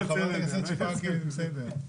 אבל חברת הכנסת שפק היא בסדר.